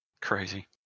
Crazy